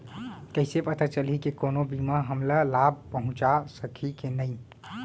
कइसे पता चलही के कोनो बीमा हमला लाभ पहूँचा सकही के नही